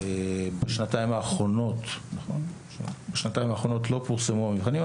בשנתיים האחרונות לא פורסמו המבחנים,